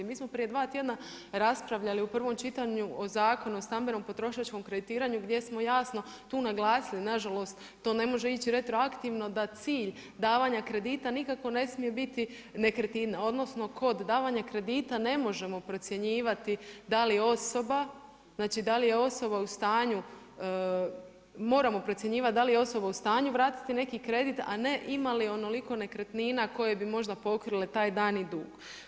Mi smo prije dva tjedna raspravljali u prvom čitanju o Zakonu o stambenom potrošačkom kreditiranju, gdje smo jasno tu naglasili, na žalost, to ne može ići retroaktivno, da cilj davanja kredita nikako ne smije biti nekretnina, odnosno kod davanja kredita ne možemo procjenjivati da li osoba, znači da li je osoba u stanju, moramo procjenjivati da li je osoba u stanju vratiti neki kredit, a ne ima li onoliko nekretnina koja bi možda pokrile taj dani dug.